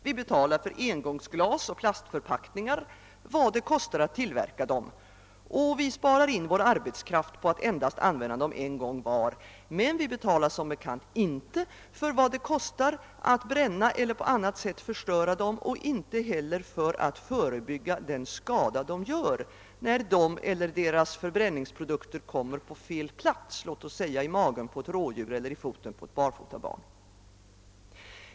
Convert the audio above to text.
Vi betalar vidare för engångsglas och plastförpackningar vad det kostar att tillverka dem och sparar in arbete på att endast använda dem en gång. Vi betalar emellertid som bekant inte för vad det kostar att bränna eller på annat sätt förstöra dem och inte heller för att förebygga den skada de gör när de eller resterna av dem hamnar på fel plats, t.ex. i magen på ett rådjur eller i foten på ett barfotabarn.